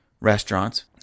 restaurants